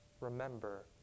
remember